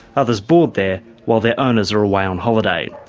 others board there while their owners are away on holiday.